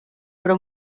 però